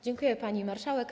Dziękuję, pani marszałek.